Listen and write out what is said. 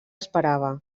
esperava